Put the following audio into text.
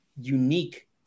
unique